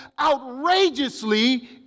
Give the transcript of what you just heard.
outrageously